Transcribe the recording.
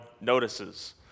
notices